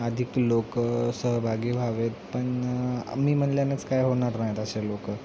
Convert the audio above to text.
अधिक लोकं सहभागी व्हावेत पण मी म्हणल्यानंच काय होणार नाहीत असे लोकं